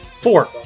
Four